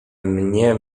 mnie